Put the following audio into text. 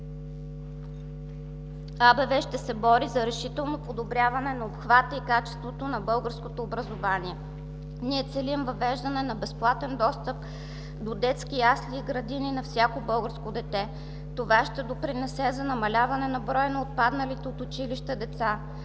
АБВ ще се бори за решително подобряване на обхвата и качеството на българското образование. Ние целим въвеждане на безплатен достъп до детски ясли и градини на всяко българско дете. Това ще допринесе за намаляване на броя на отпадналите от училище деца.